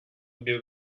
bir